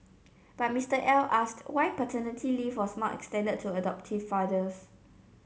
but Mister L asked why paternity leave was not extended to adoptive fathers